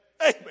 Amen